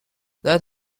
that